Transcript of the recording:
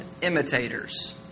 imitators